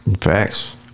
Facts